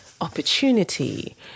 opportunity